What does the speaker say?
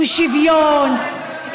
עם שוויון,